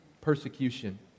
persecution